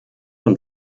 und